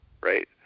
Right